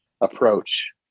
approach